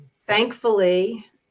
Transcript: Thankfully